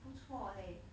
不错 eh